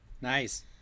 Nice